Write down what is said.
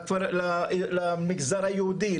למגזר היהודי,